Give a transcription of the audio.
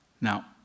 Now